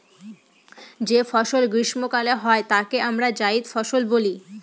যে ফসল গ্রীস্মকালে হয় তাকে আমরা জাইদ ফসল বলি